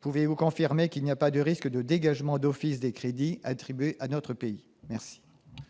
Pouvez-vous confirmer qu'il n'y a pas de risque de dégagement d'office des crédits attribués à notre pays ? La